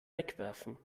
wegwerfen